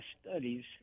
studies